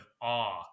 awe